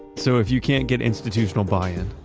so if you can't get institutional buy in,